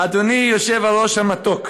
אדוני היושב-ראש המתוק,